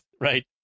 Right